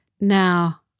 Now